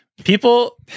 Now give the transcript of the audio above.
People